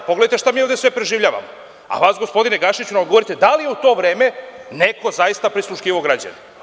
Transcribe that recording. Pogledajte šta sve ovde preživljavamo, a vas, gospodine Gašiću, molim da odgovorite da li je u to vreme neko zaista prisluškivao građane?